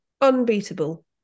unbeatable